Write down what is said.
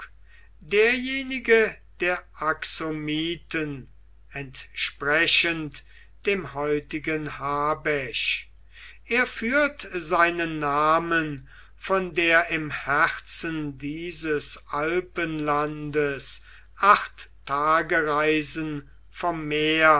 derjenige der entsprechend dem heutigen habesch er führt seinen namen von der im herzen dieses alpenlandes acht tagereisen vom meer